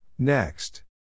Next